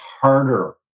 harder